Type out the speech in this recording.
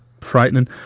frightening